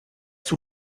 sous